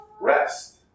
Rest